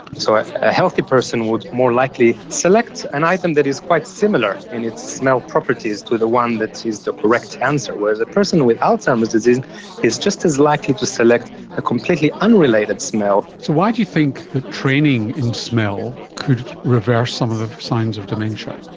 so ah a healthy person would more likely select an item that is quite similar in its smell properties to the one that is the correct answer, whereas a person with alzheimer's disease is just as likely to select a completely unrelated smell. so why do you think that ah training in smell could reverse some of the signs of dementia?